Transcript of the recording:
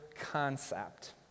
concept